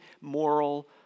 moral